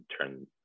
turn